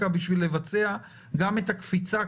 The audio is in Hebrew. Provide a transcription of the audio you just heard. אני מבינה את הפרשנות הזאת והיא קיימת היום.